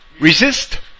resist